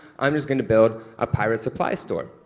i'm just going to build a pirate supply store.